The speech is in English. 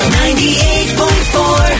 98.4